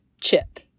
chip